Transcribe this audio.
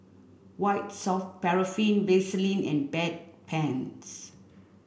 White Soft Paraffin Vaselin and Bedpans